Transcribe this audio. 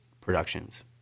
productions